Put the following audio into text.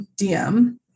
DM